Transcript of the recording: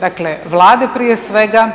dakle Vlade prije svega